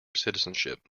citizenship